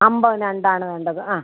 അമ്പത് ഞണ്ടാണ് വേണ്ടത് അ